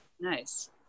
Nice